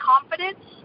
confidence